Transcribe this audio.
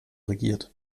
regiert